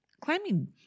climbing